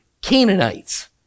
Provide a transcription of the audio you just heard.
Canaanites